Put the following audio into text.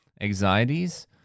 anxieties